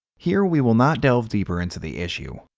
here we will not delve deeper into the issue,